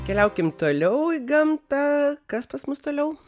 keliaukim toliau į gamtą kas pas mus toliau